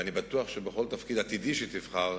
ואני בטוח שבכל תפקיד עתידי שתבחר,